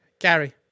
Gary